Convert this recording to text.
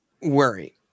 worry